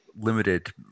Limited